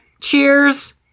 cheers